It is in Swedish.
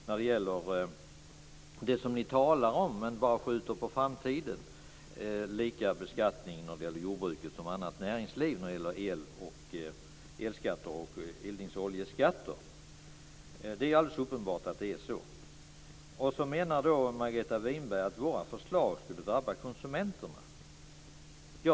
Ni talar bara om att jordbruket skall beskattas lika som annat näringsliv när det gäller el och eldningsoljeskatter men skjuter det på framtiden. Det är alldeles uppenbart att det är så. Sedan menar Margareta Winberg att våra förslag skulle drabba konsumenterna.